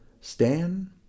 Stan